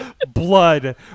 blood